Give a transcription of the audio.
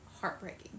heartbreaking